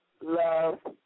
Love